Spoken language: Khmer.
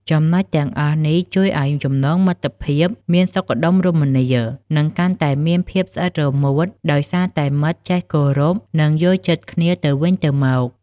ចំណុចទាំងអស់នេះ ជួយឱ្យចំណងមិត្តភាពមានសុខដុមរមនា និងកាន់តែមានភាពស្អិតរមួត ដោយសារតែមិត្តចេះគោរព និងយល់ចិត្តគ្នាទៅវិញទៅមក។